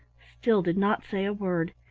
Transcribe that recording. still did not say a word.